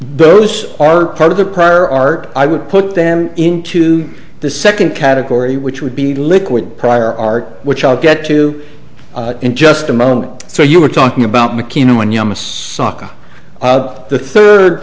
those are part of their prior art i would put them into the second category which would be liquid prior art which i'll get to in just a moment so you are talking about